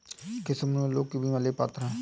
किस उम्र के लोग बीमा के लिए पात्र हैं?